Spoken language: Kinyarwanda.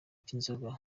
cy’inzoga